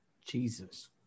Jesus